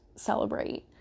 Celebrate